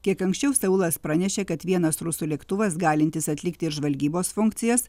kiek anksčiau seulas pranešė kad vienas rusų lėktuvas galintis atlikti žvalgybos funkcijas